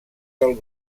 del